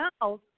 now